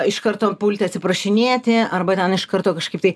iš karto pulti atsiprašinėti arba ten iš karto kažkaip tai